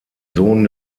sohn